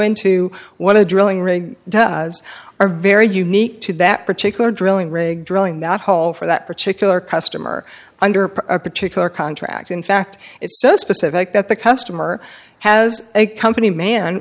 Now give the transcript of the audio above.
into what a drilling rig does are very unique to that particular drilling rig drilling that hole for that particular customer under a particular contract in fact it's so specific that the customer has a company man